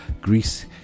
Greece